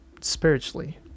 spiritually